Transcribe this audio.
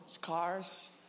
cars